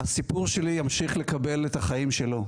הסיפור שלי ימשיך לקבל את החיים שלו".